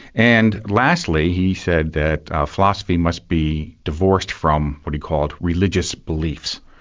and lastly, he said that philosophy must be divorced from what he called religious beliefs.